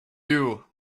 you